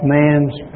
man's